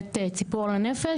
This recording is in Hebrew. שנקראת "ציפור לנפש",